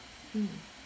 mm